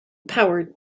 powered